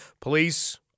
police